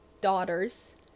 daughters